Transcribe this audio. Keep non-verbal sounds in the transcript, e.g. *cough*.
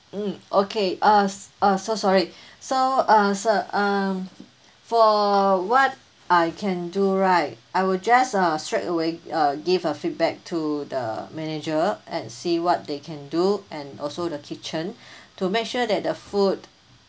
mm okay uh s~ uh so sorry *breath* so uh sir um for what I can do right I will just uh straight away uh give a feedback to the manager and see what they can do and also the kitchen *breath* to make sure that the food